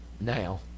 now